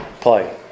play